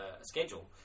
schedule